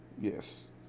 Yes